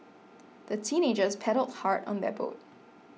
the teenagers paddled hard on their boat